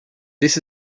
this